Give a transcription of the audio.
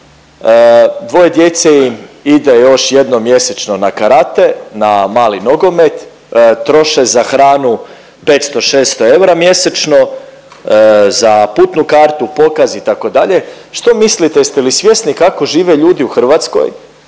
dvoje djece ide još jednom mjesečno na karate, na mali nogomet, troše za hranu 500, 600 eura mjesečno, za putnu kartu, pokaz, itd., što mislite, jeste li svjesni kako žive ljudi u Hrvatskoj,